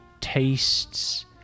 tastes